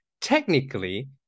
technically